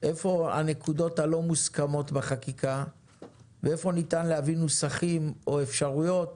היכן הנקודות הלא מוסכמות בחקיקה והיכן ניתן להביא נוסחים או אפשרויות